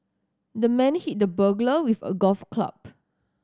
the man hit the burglar with a golf club